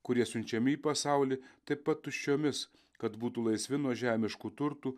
kurie siunčiami į pasaulį taip pat tuščiomis kad būtų laisvi nuo žemiškų turtų